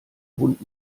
hund